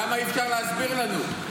למה אי-אפשר להסביר לנו?